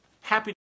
happy